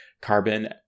carbon